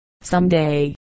someday